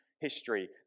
history